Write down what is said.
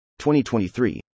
2023